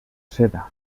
seda